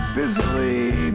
busily